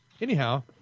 Anyhow